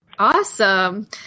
Awesome